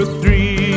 three